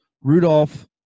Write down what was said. Rudolph